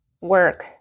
work